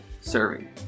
serving